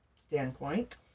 standpoint